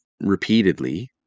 repeatedly